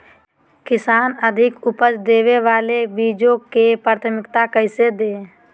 किसान अधिक उपज देवे वाले बीजों के प्राथमिकता कैसे दे?